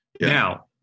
Now